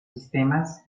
sistemas